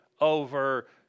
over